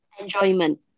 Enjoyment